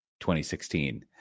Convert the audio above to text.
2016